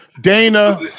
Dana